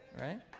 right